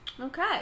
Okay